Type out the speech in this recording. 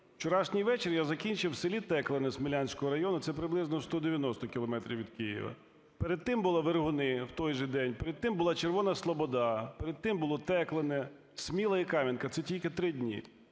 Вчорашній вечір я закінчив в селі Теклине Смілянського району, це приблизно 190 кілометрів від Києва. Перед тим було Вергуни в той же день. Перед тим була Червона Слобода. Перед тим було Теклине, Сміла і Кам'янка. Це тільки три дні.